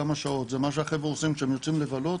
זה מה שהחבר'ה עושים כשהם הולכים לבלות,